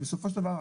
בסופו של דבר,